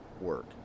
work